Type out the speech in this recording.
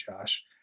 Josh